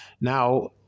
Now